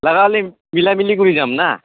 লাগে আমি মিলা মিলি কৰি যাম না